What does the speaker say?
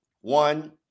one